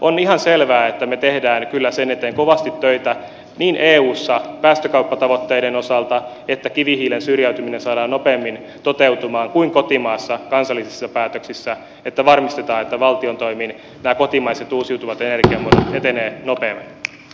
on ihan selvää että me teemme kyllä sen eteen kovasti töitä niin eussa päästökauppatavoitteiden osalta että kivihiilen syrjäytyminen saadaan nopeammin toteutumaan kuin myös kotimaassa kansallisissa päätöksissä että varmistetaan että valtion toimin nämä kotimaiset uusiutuvat energiamuodot etenevät nopeammin